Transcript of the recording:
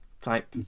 type